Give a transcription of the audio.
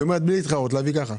היא אומרת בלי להתחרות, להביא ככה.